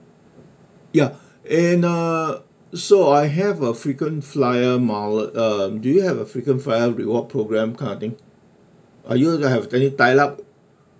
ya and uh so I have a frequent flyer mile uh do you have a frequent flyer reward programmeme kind of thing are you have any tied up